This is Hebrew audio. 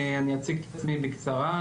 אני אציג את עצמי בקצרה.